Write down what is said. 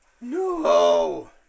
No